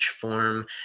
form